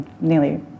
nearly